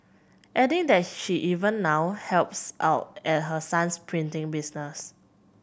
adding that she even now helps out at her son's printing business